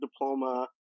diploma